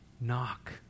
Knock